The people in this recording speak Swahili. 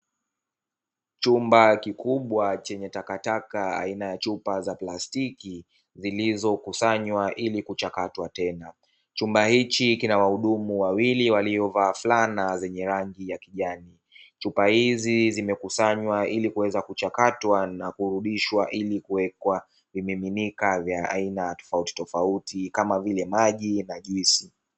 Chumba kikubwa chenye takataka aina ya chupa za plastiki, zilizokusanywa ilikuchakatwa tena,. Chumba hichi kina wahudumu wawili waliovaa fulana za rangi ya kijani. Chupa hizi zimekusanywa ilikuweza kuchakatwa na kurudishwa ilikuwekwa vimiminika vya aina tofautitofauti kama vile maji na juisi.